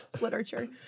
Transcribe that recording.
literature